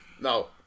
No